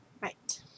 Right